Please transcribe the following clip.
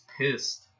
pissed